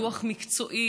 דוח מקצועי,